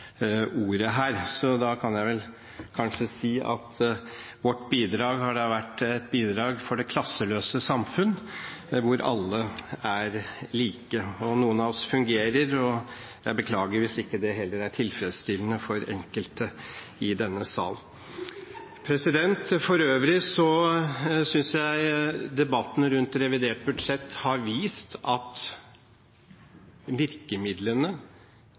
ordet her. Da kan jeg kanskje si at vårt bidrag har vært et bidrag for det klasseløse samfunn, hvor alle er like. Noen av oss fungerer, og jeg beklager hvis det ikke er tilfredsstillende for enkelte i denne sal. For øvrig synes jeg debatten rundt revidert budsjett har vist at virkemidlene